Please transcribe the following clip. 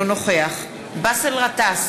אינו נוכח באסל גטאס,